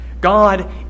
God